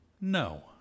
No